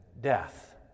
death